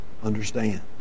understand